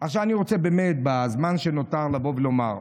אני רוצה, בזמן שנותר, לבוא ולומר,